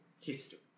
history